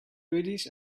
goodies